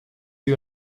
you